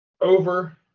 over